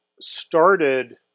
started